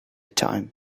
time